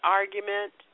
argument